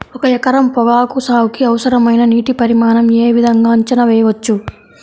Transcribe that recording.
ఒక ఎకరం పొగాకు సాగుకి అవసరమైన నీటి పరిమాణం యే విధంగా అంచనా వేయవచ్చు?